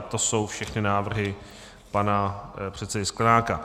To jsou všechny návrhy pana předsedy Sklenáka.